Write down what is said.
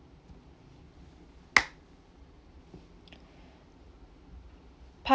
part